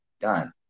done